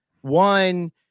One